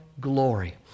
glory